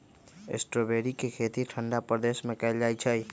strawberry के खेती ठंडा प्रदेश में कएल जाइ छइ